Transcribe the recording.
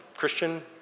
Christian